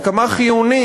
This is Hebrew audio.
עד כמה חיוני,